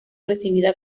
recibida